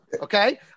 okay